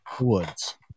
Woods